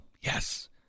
Yes